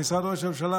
במשרד ראש הממשלה,